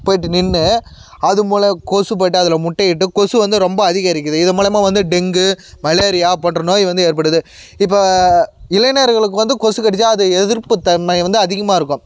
போயிட்டு நின்று அது மூலம் கொசு போயிட்டு அதில் முட்டையிட்டு கொசு வந்து ரொம்ப அதிகரிக்குது இதன் மூலிமா வந்து டெங்கு மலேரியா போன்ற நோய் வந்து ஏற்படுது இப்போ இளைஞர்களுக்கு வந்து கொசு கடித்தா அது எதிர்ப்புத்தன்மை வந்து அதிகமாக இருக்கும்